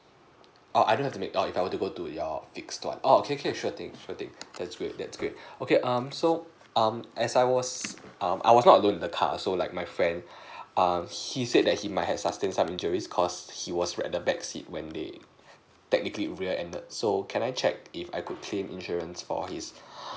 oo I don't have to make oh if I have to go to your fixed one oh okay okay sure thing sure things that's great that's great okay um so um as I was um I was not alone in the car so like my friend err he said that he might had sustain some injuries cause he was at the back seat when they technically rear ended so can I check if I could claim insurance for his